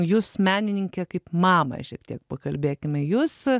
jūs menininkė kaip mama šiek tiek pakalbėkime jūs